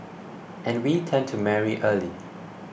and we tend to marry early